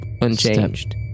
unchanged